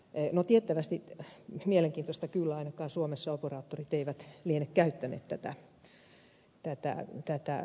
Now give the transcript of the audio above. no tiettävästi mielenkiintoista kyllä ainakaan suomessa operaattorit eivät liene käyttäneet tätä velvollisuutta